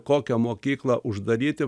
kokią mokyklą uždaryti